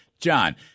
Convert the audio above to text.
John